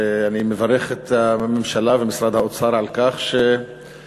ואני מברך את הממשלה ואת משרד האוצר על כך שהם